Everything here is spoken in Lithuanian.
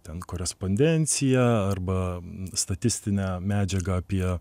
ten korespondenciją arba statistinę medžiagą apie